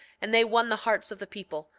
and they won the hearts of the people,